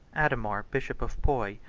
adhemar, bishop of puy,